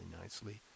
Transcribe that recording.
nicely